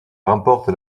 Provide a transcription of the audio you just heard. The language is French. remporte